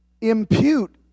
Impute